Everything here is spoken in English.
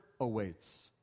awaits